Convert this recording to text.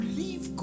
leave